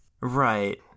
Right